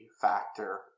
factor